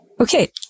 okay